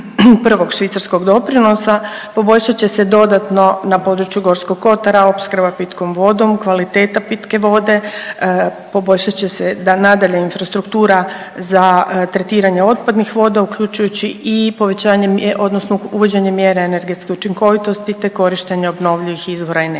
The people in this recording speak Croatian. Prvog švicarskog doprinosa. Poboljšat će se dodatno na području Gorskog kotara opskrba pitkom vodom, kvaliteta pitke vode, poboljšat će se nadalje infrastruktura za tretiranje otpadnih voda uključujući i povećanje odnosno uvođenje mjere energetske učinkovitosti te korištenje obnovljivih izvora energije.